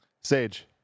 sage